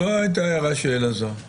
זו הייתה ההערה של אלעזר.